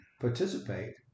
participate